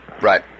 Right